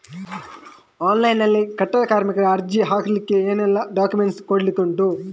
Online ನಲ್ಲಿ ಕಟ್ಟಡ ಕಾರ್ಮಿಕರಿಗೆ ಅರ್ಜಿ ಹಾಕ್ಲಿಕ್ಕೆ ಏನೆಲ್ಲಾ ಡಾಕ್ಯುಮೆಂಟ್ಸ್ ಕೊಡ್ಲಿಕುಂಟು?